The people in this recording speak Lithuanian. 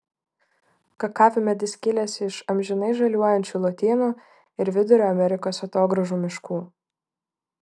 kakavmedis kilęs iš amžinai žaliuojančių lotynų ir vidurio amerikos atogrąžų miškų